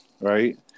Right